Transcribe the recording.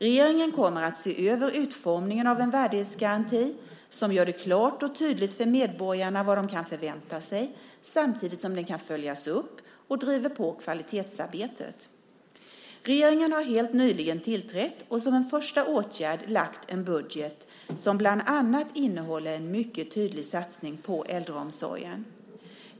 Regeringen kommer att se över utformningen av en värdighetsgaranti som gör det klart och tydligt för medborgarna vad de kan förvänta sig samtidigt som den kan följas upp och driver på kvalitetsarbetet. Regeringen har helt nyligen tillträtt och som en första åtgärd lagt en budget som bland annat innehåller en mycket tydlig satsning på äldreomsorgen.